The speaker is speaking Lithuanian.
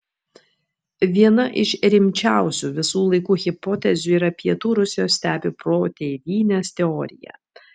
viena iš rimčiausių visų laikų hipotezių yra pietų rusijos stepių protėvynės teorija